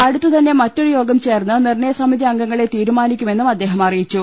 അടുത്തു തന്നെ മറ്റൊരു യോഗം ചേർന്ന് നിർണ്ണയ സമിതി അംഗങ്ങളെ തീരുമാനിക്കുമെന്നും അദ്ദേഹം അറിയിച്ചു